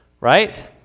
right